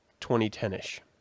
2010-ish